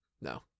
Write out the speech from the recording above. No